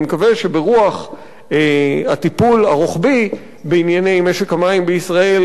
אז אני מקווה שברוח הטיפול הרוחבי בענייני משק המים בישראל,